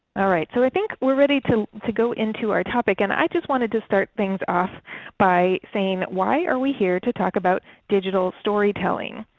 so i think we are ready to to go into our topic. and i just wanted to start things off by saying, why are we here to talk about digital storytelling?